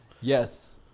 Yes